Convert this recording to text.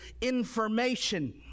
information